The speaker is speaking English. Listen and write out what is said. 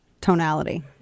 tonality